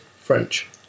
French